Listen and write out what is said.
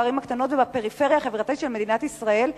בערים הקטנות ובפריפריה החברתית של מדינת ישראל,